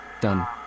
Done